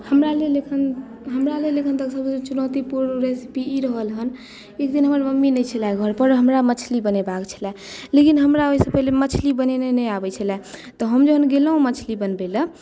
हमरालेल एखन हमरालेल एखन सभसँ पैघ चुनौतीपूर्ण रेसीपी ई रहल हन एक दिन हमर मम्मी नहि छलए घरपर हमरा मछली बनेबाक छलए लेकिन हमरा ओहिसँ पहिने मछली बनेनाइ नहि आबै छलए तऽ हम जहन गेलहुँ मछली बनबय लेल